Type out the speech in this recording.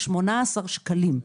18 שקלים.